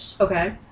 Okay